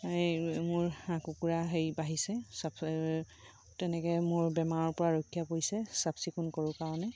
এই মোৰ হাঁহ কুকুৰা হেৰি বাঢ়িছে তেনেকৈ মোৰ বেমাৰৰপৰা ৰক্ষা পৰিছে চাফ চিকুণ কৰোঁ কাৰণে